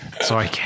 Sorry